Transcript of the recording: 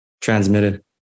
transmitted